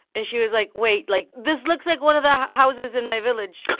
and she was like, wait. like, this looks like one of the houses in my village.